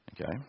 Okay